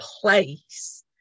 place